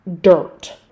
dirt